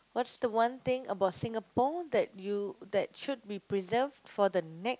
what's the one thing about Singapore that you that should be preserved for the ne~